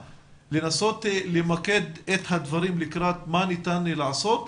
ולנסות למקד את הדברים כדי לראות מה ניתן לעשות.